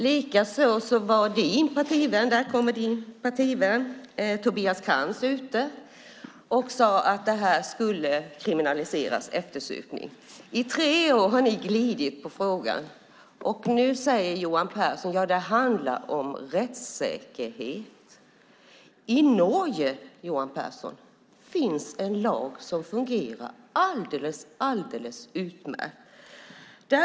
Likaså var din partikamrat Tobias Krantz ute och sade att eftersupning skulle kriminaliseras. I tre år har ni glidit på frågan. Och nu säger Johan Pehrson att det handlar om rättssäkerhet. I Norge, Johan Pehrson, finns en lag som fungerar alldeles utmärkt.